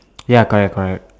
ya correct correct